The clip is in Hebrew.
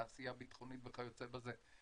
תעשיה ביטחונית וכיוצא בזה.